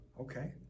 Okay